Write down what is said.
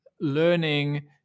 learning